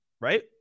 Right